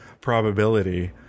probability